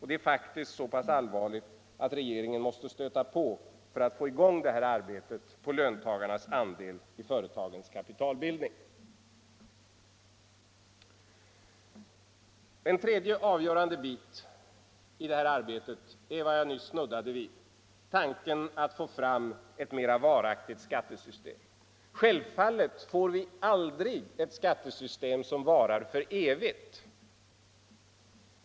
Det är faktiskt så allvarligt att regeringen måste stöta på för att få i gång arbetet i utredningen om löntagarnas andel i företagens kapitalbildning. En tredje avgörande bit i detta arbete är — jag snuddade vid det nyss — att få fram ett mer varaktigt skattesystem. Självfallet får vi aldrig ett skattesystem som varar för evigt.